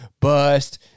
bust